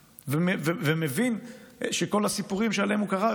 ומבין שכל הסיפורים שעליהם הוא קרא,